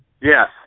Yes